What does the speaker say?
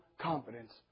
confidence